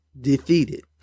defeated